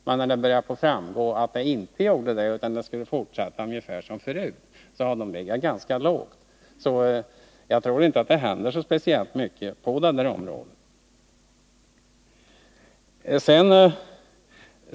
Men sedan det började framgå att det inte lutade åt det hållet i utredningen, har företrädarna för vapenindu 83 strin legat ganska lågt. Jag tror alltså inte att det händer så speciellt mycket på det området.